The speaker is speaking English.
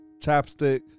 chapstick